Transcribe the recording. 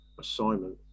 assignment